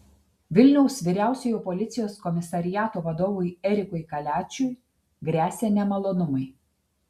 vilniaus vyriausiojo policijos komisariato vadovui erikui kaliačiui gresia nemalonumai